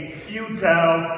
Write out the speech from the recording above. futile